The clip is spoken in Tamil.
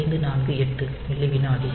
548 மில்லி விநாடி